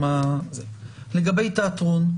לגבי תיאטרון,